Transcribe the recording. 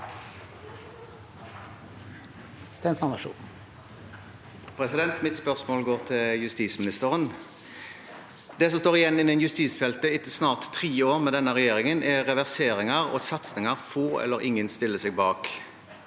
Mitt spørsmål går til justisministeren. Det som står igjen på justisfeltet etter snart tre år med denne regjeringen, er reverseringer og satsinger få eller ingen stiller seg bak.